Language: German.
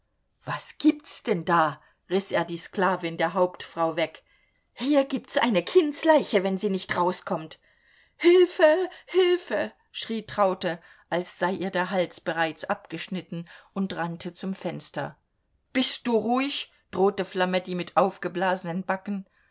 was gibt's denn da riß er die sklavin der hauptfrau weg hier gibt's eine kindsleiche wenn sie nicht rauskommt hilfe hilfe schrie traute als sei ihr der hals bereits abgeschnitten und rannte zum fenster bist du ruhig drohte flametti mit aufgeblasenen backen